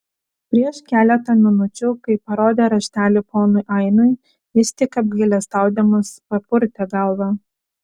prieš keletą minučių kai parodė raštelį ponui ainui jis tik apgailestaudamas papurtė galvą